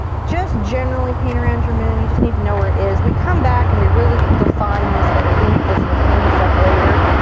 just generally paint around your moon. you just need to know where it is. we come back and we really define this and paint this and clean this up later.